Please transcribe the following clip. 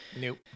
Nope